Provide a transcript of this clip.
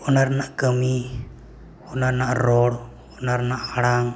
ᱚᱱᱟ ᱨᱮᱱᱟᱜ ᱠᱟᱹᱢᱤ ᱚᱱᱟ ᱨᱮᱱᱟᱜ ᱨᱚᱲ ᱚᱱᱟ ᱨᱮᱱᱟᱜ ᱟᱲᱟᱝ